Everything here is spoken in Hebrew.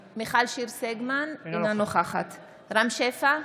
אינה נוכחת רם שפע,